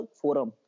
forum